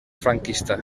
franquista